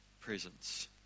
presence